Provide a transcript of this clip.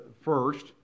first